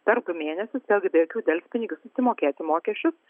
per mėnesį vėlgi be jokių delspinigių susimokėti mokesčius